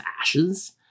ashes